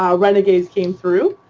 um renegades came through.